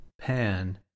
Pan